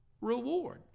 reward